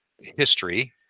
history